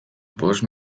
bost